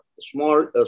small